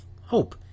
hope